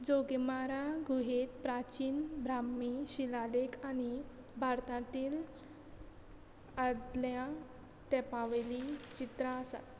जौगेमारा गुहेन प्राचीन ब्राह्मी शिलालेक आनी भारतांतील आदल्या तेंपा वयली चित्रां आसात